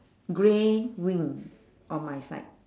grey wing on my side